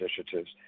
initiatives